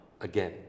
again